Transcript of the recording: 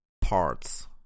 parts